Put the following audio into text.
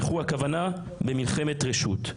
וכו', הכוונה במלחמת רשות.